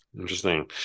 Interesting